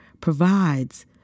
provides